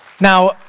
Now